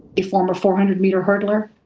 a former four hundred meter hurdler,